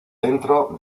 dentro